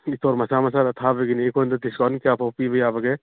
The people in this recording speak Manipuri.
ꯁ꯭ꯇꯣꯔ ꯃꯆꯥ ꯃꯆꯥꯗ ꯊꯥꯕꯒꯤꯅꯤ ꯑꯩꯈꯣꯏꯗ ꯗꯤꯁꯀꯥꯎꯟ ꯀꯌꯥ ꯐꯥꯎ ꯄꯤꯕ ꯌꯥꯕꯒꯦ